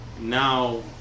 now